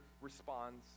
responds